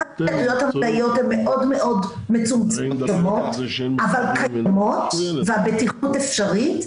גם --- הן מאוד מאוד מצומצמות אבל קיימות והבטיחות אפשרית,